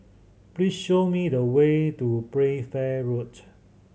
please show me the way to Playfair Road